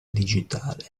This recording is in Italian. digitale